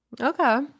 Okay